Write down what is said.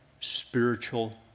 spiritual